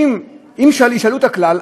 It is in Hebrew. אם ישאלו את הכלל,